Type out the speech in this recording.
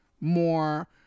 more